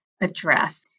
address